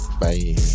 Bye